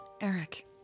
Eric